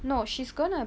no she's gonna